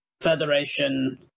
federation